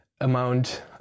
amount